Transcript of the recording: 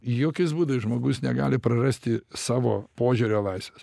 jokiais būdais žmogus negali prarasti savo požiūrio laisvės